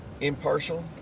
impartial